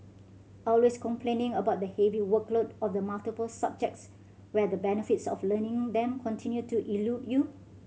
always complaining about the heavy workload of the multiple subjects where the benefits of learning them continue to elude you